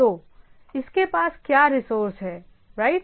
तो इसके पास क्या रिसोर्स हैं राइट